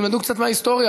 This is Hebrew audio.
תלמדו קצת מההיסטוריה.